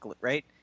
right